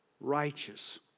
righteous